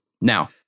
Now